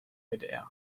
midair